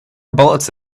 bullets